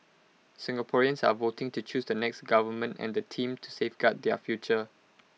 Singaporeans are voting to choose the next government and the team to safeguard their future